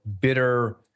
bitter